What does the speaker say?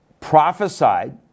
prophesied